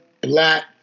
black